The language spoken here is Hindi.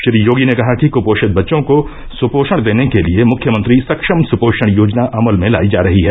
श्री योगी ने कहा कि क्पोषित बच्चों को स्पोषण देने के लिए मुख्यमंत्री सक्षम स्पोषण योजना अमल में लायी जा रही है